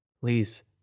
Please